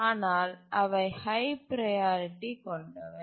ஆனால் அவை high priority கொண்டவை